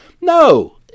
no